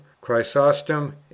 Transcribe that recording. chrysostom